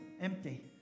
empty